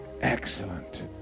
Excellent